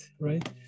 Right